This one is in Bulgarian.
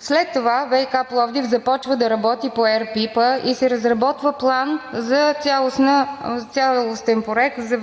След това ВиК – Пловдив, започва да работи по РПИП-а и се разработва цялостен